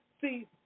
See